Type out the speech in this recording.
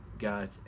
Got